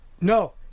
No